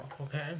Okay